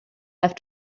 have